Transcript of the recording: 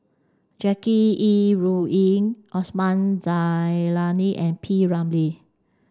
Jackie Yi Ru Ying Osman Zailani and P Ramlee